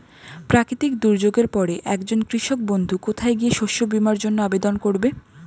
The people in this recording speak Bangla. প্রাকৃতিক দুর্যোগের পরে একজন কৃষক বন্ধু কোথায় গিয়ে শস্য বীমার জন্য আবেদন করবে?